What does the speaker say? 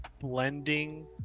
blending